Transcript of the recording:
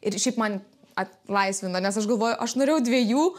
ir šiaip man atlaisvino nes aš galvoju aš norėjau dviejų